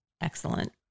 excellent